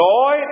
Joy